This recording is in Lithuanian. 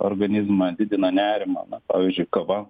organizmą didina nerimą na pavyzdžiui kava